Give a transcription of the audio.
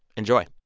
enjoy